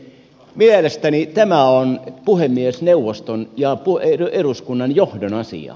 mielestäni tämä on puhemiesneuvoston ja eduskunnan johdon asia